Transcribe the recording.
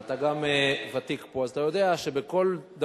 ואתה גם ותיק פה, אז אתה יודע שכל דבר,